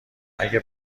اگه